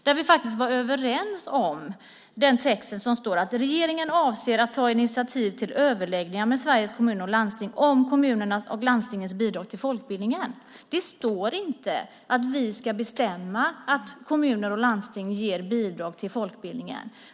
Där var vi överens om, som det står, att regeringen avser att ta initiativ till överläggningar med Sveriges Kommuner och Landsting om kommunernas och landstingens bidrag till folkbildningen. Det står inte att vi ska bestämma att kommuner och landsting ger bidrag till folkbildningen.